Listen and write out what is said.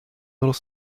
little